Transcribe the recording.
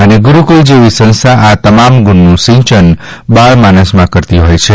અને ગુરૂકૂળ જેવી સંસ્થા આ તમામ ગુણનું સિંચન બાળમાનસમાં કરતી હોય છે